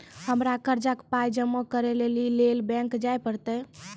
हमरा कर्जक पाय जमा करै लेली लेल बैंक जाए परतै?